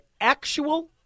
actual